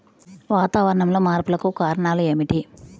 వాతావరణంలో మార్పులకు కారణాలు ఏమిటి?